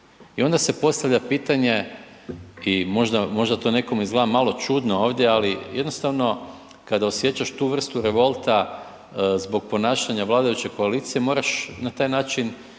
I onda se postavlja pitanje i možda to nekome izgleda malo čudno ovdje, ali jednostavno kada osjećaš tu vrstu revolta zbog ponašanja vladajuće koalicije moraš na taj način